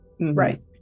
Right